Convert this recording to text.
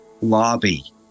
lobby